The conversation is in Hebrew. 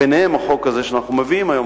ביניהם החוק הזה שאנחנו מביאים היום,